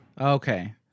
Okay